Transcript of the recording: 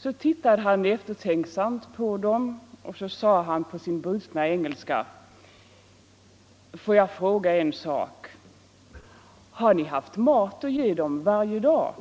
Så tittade han eftertänksamt på dem och undrade på bruten engelska om han fick fråga en sak: ”Har Ni haft mat att ge dem varje dag?”